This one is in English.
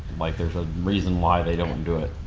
like, there's a reason why they don't do it.